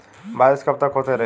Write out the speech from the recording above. बरिस कबतक होते रही?